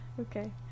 Okay